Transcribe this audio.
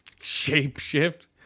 Shapeshift